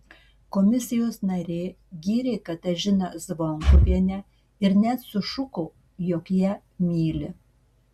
komisijos narė gyrė katažiną zvonkuvienę ir net sušuko jog ją myli